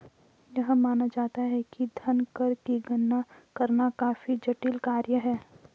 यह माना जाता है कि धन कर की गणना करना काफी जटिल कार्य है